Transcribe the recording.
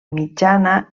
mitjana